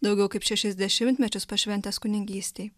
daugiau kaip šešis dešimtmečius pašventęs kunigystei